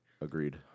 Agreed